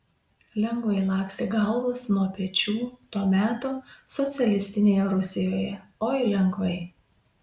lengvai lakstė galvos nuo pečių to meto socialistinėje rusijoje oi lengvai